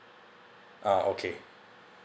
ah okay